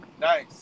Nice